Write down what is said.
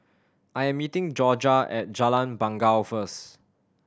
I am meeting Jorja at Jalan Bangau first